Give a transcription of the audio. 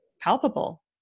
palpable